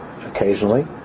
occasionally